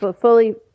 Fully